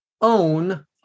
own